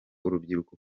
urubyiruko